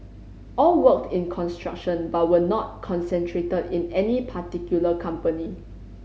all worked in construction but were not concentrated in any particular company